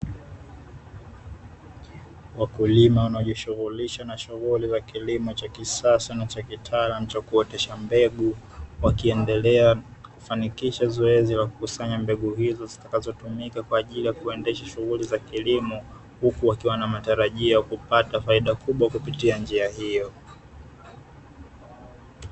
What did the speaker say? Wakulima wanaojishughulisha na shughuli za kilimo cha kisasa na cha kitaalamu cha kuotesha mbegu. Wakiendelea kufanikisha zoezi la kukusanya mbegu hizo zitakazotumika kwa ajili ya kuendesha shughuli za kilimo. Huku wakiwa na matarajio ya kupata faida kubwa kupitia njia hiyo.